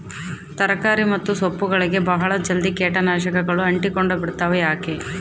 ತರಕಾರಿ ಮತ್ತು ಸೊಪ್ಪುಗಳಗೆ ಬಹಳ ಜಲ್ದಿ ಕೇಟ ನಾಶಕಗಳು ಅಂಟಿಕೊಂಡ ಬಿಡ್ತವಾ ಯಾಕೆ?